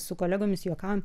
su kolegomis juokaujam